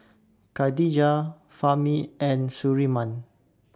Khadija Fahmi and Surinam